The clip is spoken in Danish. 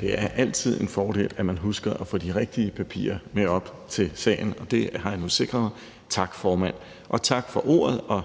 Det er altid en fordel, at man husker at få de rigtige papirer til sagen med op, og det har jeg nu sikret mig. Tak, formand, og tak for ordet, og